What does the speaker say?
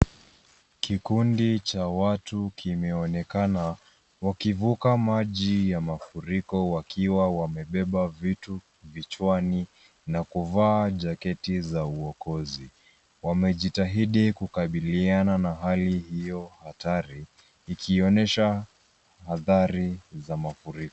Kikundi cha watu kimeonekana wakivuka maji ya mafuriko wakiwa wamebeba vitu vichwani na kuvaa jaketi za uokozi. Wamejitahidi kukabiliana na hali hiyo hatari, ikionyesha athari za mafuriko.